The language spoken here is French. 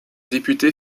député